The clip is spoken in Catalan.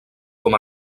com